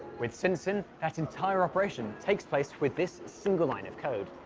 with scintsim that entire operation takes place with this single line of code.